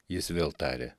jis vėl tarė